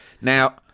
Now